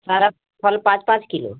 सारा फल पाँच पाँच किलो